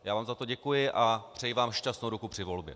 Já vám za to děkuji a přeji vám šťastnou ruku při volbě.